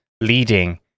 leading